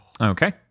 Okay